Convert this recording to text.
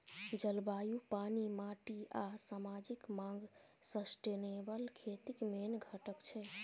जलबायु, पानि, माटि आ समाजिक माँग सस्टेनेबल खेतीक मेन घटक छै